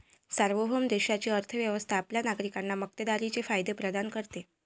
सार्वभौम देशाची अर्थ व्यवस्था आपल्या नागरिकांना मक्तेदारीचे फायदे प्रदान करते